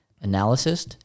analysis